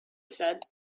said